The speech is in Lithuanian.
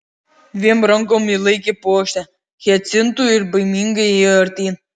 dviem rankom ji laikė puokštę hiacintų ir baimingai ėjo artyn